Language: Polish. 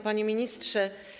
Panie Ministrze!